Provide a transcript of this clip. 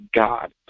God